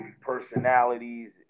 personalities